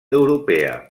europea